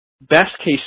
best-case